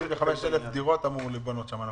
35,000 דירות אמורות להיבנות שם.